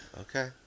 Okay